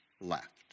left